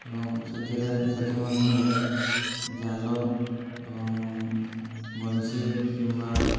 ଏବଂ ସେଥିରେ ସେଥିମଧ୍ୟରୁ ଜାଲ ଏବଂ ବନିଶୀ କିମ୍ବା